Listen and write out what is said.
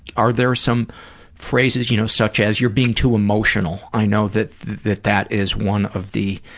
are there some phrases, you know, such as, you're being too emotional, i know that that that is one of the,